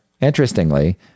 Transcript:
interestingly